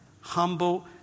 humble